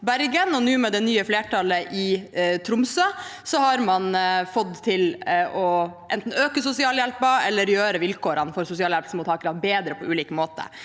nå med det nye flertallet i Tromsø har man fått til enten å øke sosialhjelpen eller gjøre vilkårene for sosialhjelpsmottakerne bedre på ulike måter.